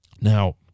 Now